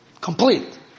complete